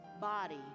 body